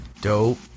dope